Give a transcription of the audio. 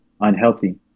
unhealthy